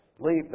leave